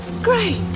Great